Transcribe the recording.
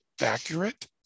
accurate